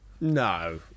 No